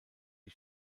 die